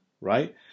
Right